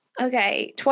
Okay